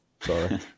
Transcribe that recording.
sorry